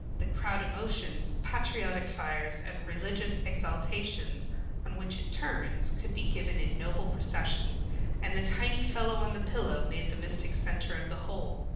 the crowd-emotions, patriotic fires, and religious exaltations on which it turns could be given in noble procession and the tiny fellow on the pillow made the mystic centre of the whole.